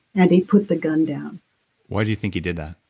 and he put the gun down why do you think he did that?